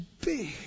big